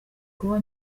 kuba